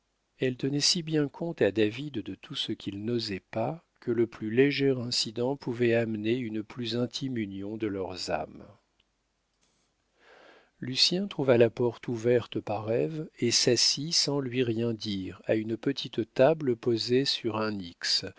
elle tenait si bien compte à david de tout ce qu'il n'osait pas que le plus léger incident pouvait amener une plus intime union de leurs âmes lucien trouva la porte ouverte par ève et s'assit sans lui rien dire à une petite table posée sur un